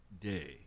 Day